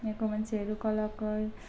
यहाँको मान्छेहरू कलाकार